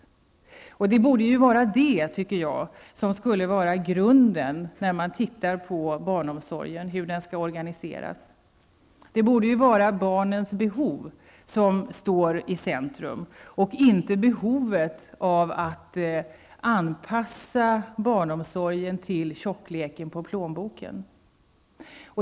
Jag tycker att det borde vara grunden när man ser på hur barnomsorgen skall organiseras. Det borde vara barnens behov som skall stå i centrum, inte behovet av att anpassa barnomsorgen till tjockleken på plånboken.